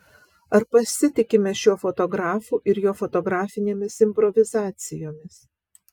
ar pasitikime šiuo fotografu ir jo fotografinėmis improvizacijomis